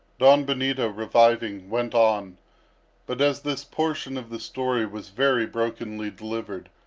don benito reviving, went on but as this portion of the story was very brokenly delivered,